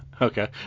Okay